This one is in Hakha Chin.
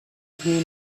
hmu